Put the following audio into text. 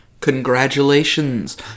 Congratulations